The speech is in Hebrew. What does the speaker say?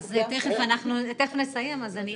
תיכף נסיים אז אני